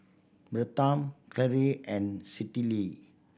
Bertram Karyl and Citlali